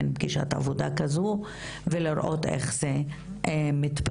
פגישת עבודה כזו ונראה איך זה מתפתח.